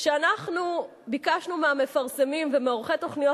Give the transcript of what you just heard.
כשאנחנו ביקשנו מהמפרסמים ומעורכי תוכניות